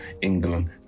England